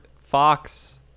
Fox